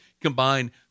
combine